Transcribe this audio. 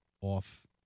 off